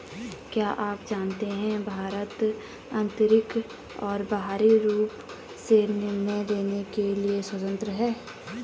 क्या आप जानते है भारत आन्तरिक और बाहरी रूप से निर्णय लेने के लिए स्वतन्त्र है?